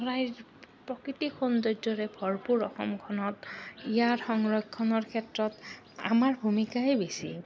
প্ৰায় প্ৰকৃতিক সৌন্দৰ্যৰে ভৰপূৰ অসমখনত ইয়াৰ সংৰক্ষণৰ ক্ষেত্ৰত আমাৰ ভূমিকাই বেছি